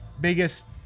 biggest